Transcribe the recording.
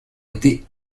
été